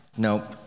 Nope